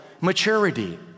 maturity